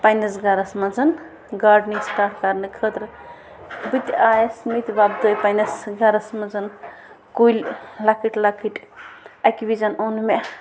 پنٛنِس گَرَس منٛز گاڈنِنٛگ سِٹاٹ کرنہٕ خٲطرٕ بہٕ تہِ آیَس میٚتہِ وۄپدٲے پنٛنِس گَرَس منٛز کُلۍ لۄکٕٹۍ لۄکٕٹۍ اَکہِ وِزٮ۪ن اوٚن مےٚ